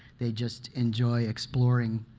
they just enjoy exploring